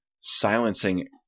silencing